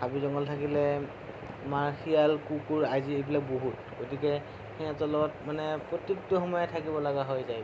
হাবি জংঘল থাকিলে আমাৰ শিয়াল কুকুৰ আদি এইবিলাক বহুত গতিকে সিহঁতৰ লগত মানে প্ৰত্যেকটো সময়ত থাকিবলগীয়া হৈ যায়